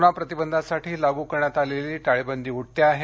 corona प्रतिबंधासाठी लागू करण्यात आलेली टाळेबंदी उठते आहे